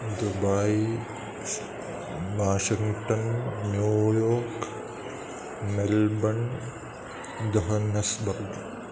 Dubai Washington New York Melbourne Johannesburg